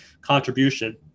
Contribution